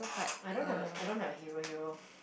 I don't have a I don't have a hero hero